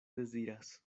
deziras